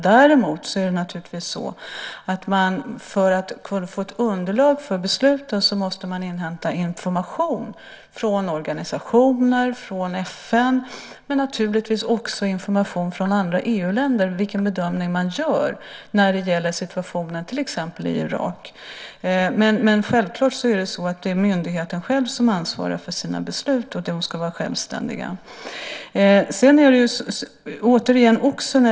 Däremot måste man naturligtvis, för att få ett underlag för besluten, inhämta information från organisationer, från FN och också från andra EU-länder i fråga om vilken bedömning man gör när det gäller situationen till exempel i Irak. Självklart är det myndigheten själv som ansvarar för sina beslut, och de ska vara självständiga.